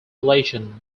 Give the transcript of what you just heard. relation